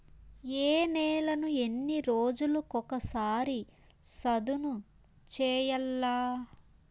ఏ నేలను ఎన్ని రోజులకొక సారి సదును చేయల్ల?